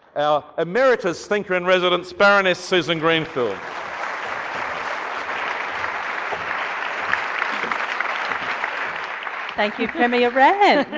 our emeritus thinker in residence baroness susan greenfield. um thank you premier rann,